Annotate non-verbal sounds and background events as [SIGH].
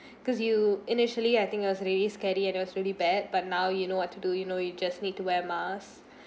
cause you initially I think it was really scary and it was really bad but now you know what to do you know you just need to wear mask [BREATH]